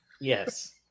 yes